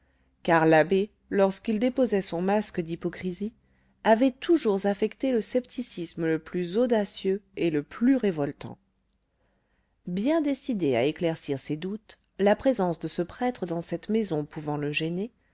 car l'abbé lorsqu'il déposait son masque d'hypocrisie avait toujours affecté le scepticisme le plus audacieux et le plus révoltant bien décidé à éclaircir ses doutes la présence de ce prêtre dans cette maison pouvant le gêner